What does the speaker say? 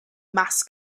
mass